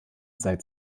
seit